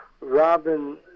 Robin